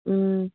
ꯎꯝ